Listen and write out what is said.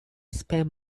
spent